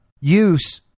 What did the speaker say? use